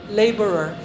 laborer